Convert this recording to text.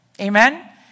Amen